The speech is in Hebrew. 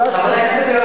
הצעת חוק פשוטה,